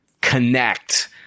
connect